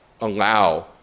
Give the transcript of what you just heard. allow